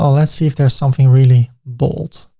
ah let's see if there's something really bold,